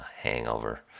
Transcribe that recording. hangover